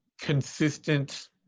consistent